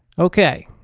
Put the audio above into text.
okay.